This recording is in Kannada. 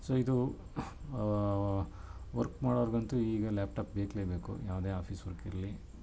ಸೊ ಇದು ವರ್ಕ್ ಮಾಡೋರ್ಗಂತೂ ಈಗ ಲ್ಯಾಪ್ಟಾಪ್ ಬೇಕೇ ಬೇಕು ಯಾವುದೇ ಆಫೀಸ್ ವರ್ಕ್ ಇರಲಿ